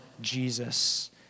Jesus